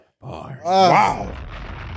wow